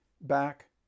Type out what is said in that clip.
back